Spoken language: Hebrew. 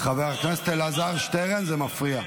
חבר הכנסת אלעזר שטרן, זה מפריע.